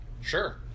Sure